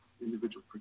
individual